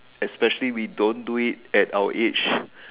especially we don't do it at our age